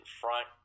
front